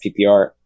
PPR